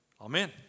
Amen